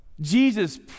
Jesus